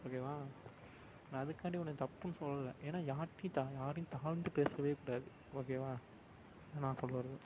ஓகேவா அதுக்காண்டி உன்னை தப்புன்னு சொல்லலை ஏன்னால் யார்கிட்டையும் தாழ் யாரையும் தாழ்ந்து பேசவேக் கூடாது ஓகேவா அதுதான் நான் சொல்ல வர்றது